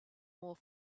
more